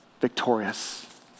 victorious